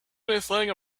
anything